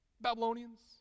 Babylonians